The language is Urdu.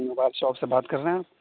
موبائل شاپ سے بات کر رہے ہیں آپ